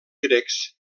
grecs